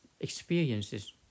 experiences